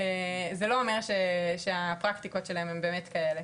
זה לא אומר שהפרקטיות שלהן הן באמת כאלה.